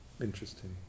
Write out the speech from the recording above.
interesting